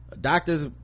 doctors